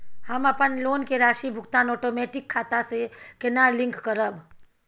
हम अपन लोन के राशि भुगतान ओटोमेटिक खाता से केना लिंक करब?